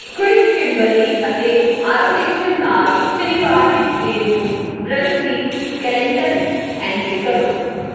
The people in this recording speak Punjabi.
ਕ੍ਰਿਸ਼ ਕਿੰਬਰਲੀ ਅਤੇ ਆਰੋਨੇਸ਼ਨ ਨਾਲ ਸ਼ਨੀਵਾਰ ਦੀ ਸਵੇਰ ਨੂੰ ਬ੍ਰੰਚਲੀ ਕੈਲੰਡਰ ਐਂਟਰੀ ਕਰੋ